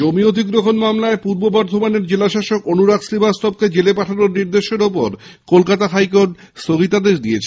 জমি অধিগ্রহণের মামলায় পূর্ব বর্ধমানের জেলা শাসক অনুরাগ শ্রীবাস্তবকে জেলে পাঠানোর নির্দেশের ওপর কলকাতা হাইকোর্ট স্থগিতাদেশ দিয়েছে